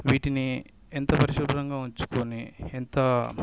వీటిని ఎంత పరిశుభ్రంగా ఉంచుకొని ఎంత